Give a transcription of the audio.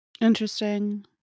interesting